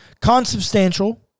consubstantial